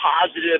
positive